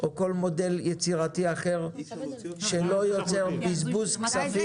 או כל מודל יצירתי אחר שלא יוצר בזבוז כספים.